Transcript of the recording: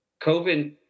COVID